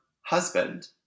husband